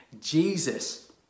Jesus